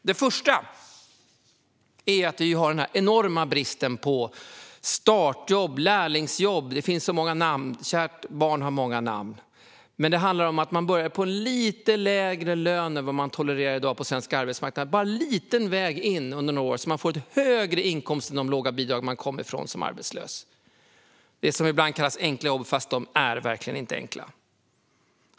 Det första är den enorma bristen på startjobb eller lärlingsjobb - det finns många namn. Kärt barn har många namn. Det handlar om att man börjar på en lite lägre lön under några år än vad som tolereras i dag på svensk arbetsmarknad för att på så sätt få en väg in och får en högre inkomst än de låga bidrag man kom från som arbetslös. Det här är det som ibland kallas för enkla jobb, men de är verkligen inte enkla.